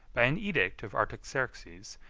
by an edict of artaxerxes,